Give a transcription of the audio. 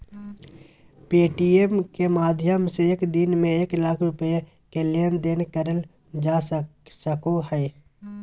Paytm के माध्यम से एक दिन में एक लाख रुपया के लेन देन करल जा सको हय